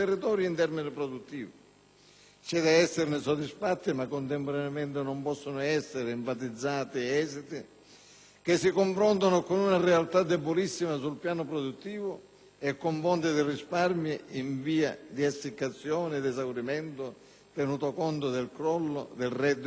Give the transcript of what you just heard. C'è da esserne soddisfatti, ma contemporaneamente non possono essere enfatizzati esiti che si confrontano con una realtà debolissima sul piano produttivo e con fonti di risparmio in via di essiccazione ed esaurimento, tenuto conto del crollo del reddito del cosiddetto ceto medio.